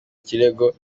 ikirego